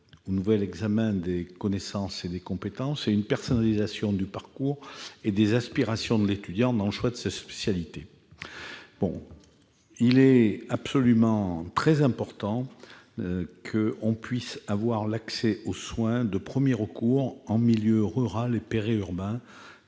un nouvel examen des connaissances et des compétences ainsi qu'une personnalisation du parcours et des aspirations de l'étudiant dans le choix de sa spécialité. Il est très important que l'on puisse accéder aux soins de premier recours en milieu rural et périurbain.